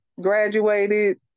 graduated